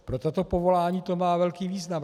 Pro tato povolání to má velký význam.